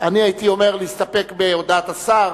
הייתי אומר להסתפק בהודעת השר,